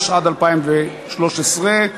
התשע"ד 2013,